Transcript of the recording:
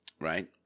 right